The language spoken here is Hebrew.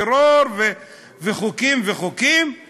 וחוק הטרור, וחוקים, וחוקים.